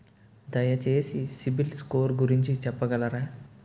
దయచేసి CIBIL score గురించి చెప్పగలరా?